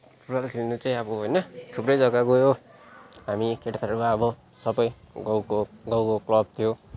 football खेल्न चाहिँ अब होइन थुप्रै जग्गा गयो हामी केटाहरू अब सबै गाउँको गाउँको क्लब थियो